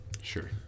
Sure